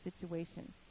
situation